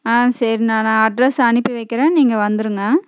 ஆ சரிண்ணா நான் அட்ரஸ் அனுப்பி வைக்கிறேன் நீங்கள் வந்துடுங்க